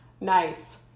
Nice